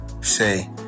say